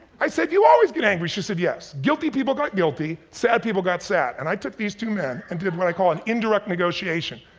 i said do you always get angry? she said yes. guilty people got guilty, sad people got sad. and i took these two men and did what i call an indirect negotiation.